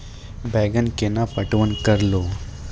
बैंगन केना पटवन करऽ लो?